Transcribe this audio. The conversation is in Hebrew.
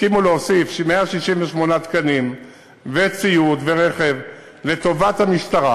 הסכימו להוסיף 168 תקנים וציוד ורכב לטובת המשטרה,